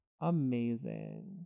Amazing